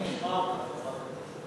חברת הכנסת רוזין.